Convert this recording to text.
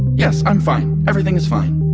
yes, i'm fine. everything is fine